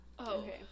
Okay